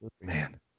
Man